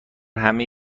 همه